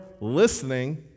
listening